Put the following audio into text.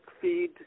feed